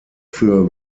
für